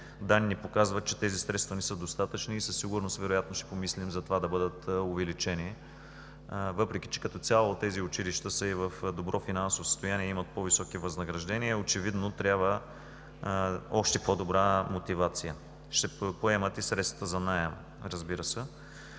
данни показват, че тези средства не са достатъчни и със сигурност ще помислим за това да бъдат увеличени, въпреки че като цяло тези училища са и в добро финансово състояние – имат по-високи възнаграждения. Очевидно трябва още по-добра мотивация. Ще поемат и средствата за наем, разбира се.